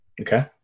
Okay